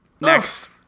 Next